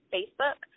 Facebook